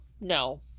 No